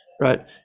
right